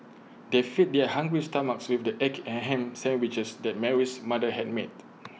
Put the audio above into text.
they fed their hungry stomachs with the egg and Ham Sandwiches that Mary's mother had made